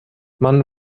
man